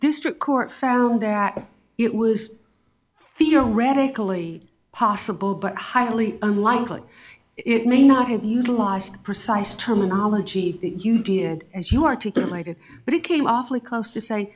district court found that it was theoretically possible but highly unlikely it may not have utilized precise terminology that you did as you articulated but it came awfully close to say